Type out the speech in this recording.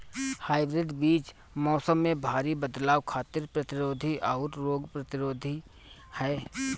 hybrid बीज मौसम में भारी बदलाव खातिर प्रतिरोधी आउर रोग प्रतिरोधी ह